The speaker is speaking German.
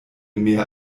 mehr